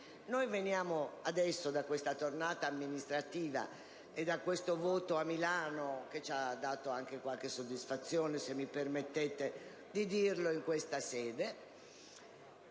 Veniamo adesso da una tornata amministrativa e da questo voto a Milano (che ci ha dato anche qualche soddisfazione, se mi permettete di dirlo in questa sede):